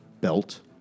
belt